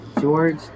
George